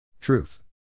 Truth